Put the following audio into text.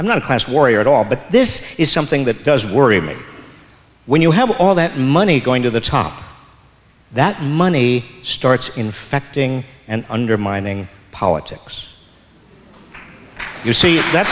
i'm not a class warrior at all but this is something that does worry me when you have all that money going to the top that money starts infecting and undermining politics you see that